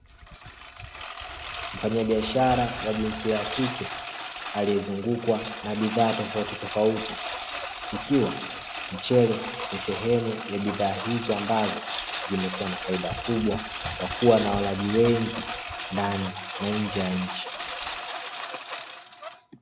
Mfanyabiashara wa jinsia ya kike aliye zungukwa na bidhaa tofauti tofauti, ikiwa mchele nisehemu ya bidhaa hizo ambazo zimekuwa na faida kubwa kwa kuwa na walaji wengi ndani na njee ya nchii.